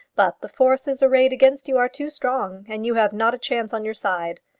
but the forces arrayed against you are too strong, and you have not a chance on your side.